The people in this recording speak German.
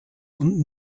und